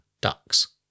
ducks